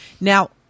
Now